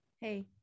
Hey